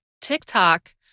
TikTok